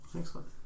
Excellent